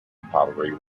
pottery